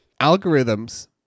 algorithms